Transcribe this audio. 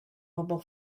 mobile